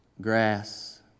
grass